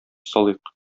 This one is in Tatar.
салыйк